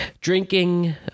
drinking